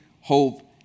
hope